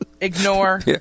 Ignore